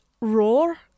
Roar